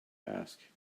ask